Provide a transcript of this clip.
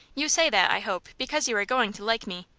you say that, i hope, because you are going to like me.